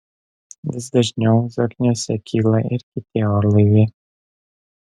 vis dažniau zokniuose kyla ir kiti orlaiviai